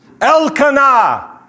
Elkanah